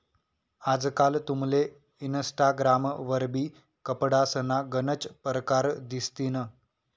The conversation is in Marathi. आजकाल तुमले इनस्टाग्राम वरबी कपडासना गनच परकार दिसतीन